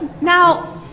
now